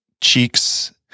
cheeks